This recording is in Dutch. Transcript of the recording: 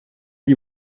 die